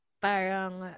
Parang